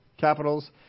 capitals